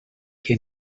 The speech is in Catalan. que